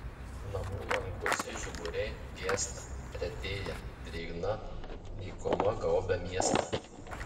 namų languose žiburiai gęsta retėja drėgna nykuma gaubia miestą